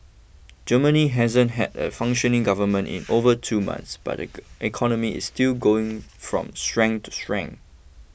Germany hasn't had a functioning government in over two months but the economy is still going from strength to strength